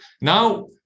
Now